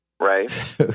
Right